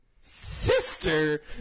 Sister